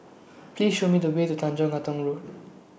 Please Show Me The Way to Tanjong Katong Road